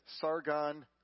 Sargon